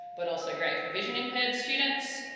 but also great for vision-impaired students.